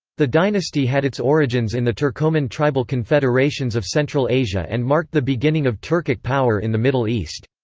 the dynasty had its origins in the turcoman tribal confederations of central asia and marked the beginning of turkic power in the middle east.